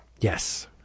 yes